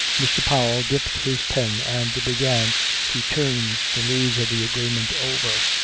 mr. powell dipped his pen and began to turn the leaves of the agreement over.